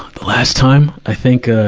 the last time, i think, ah,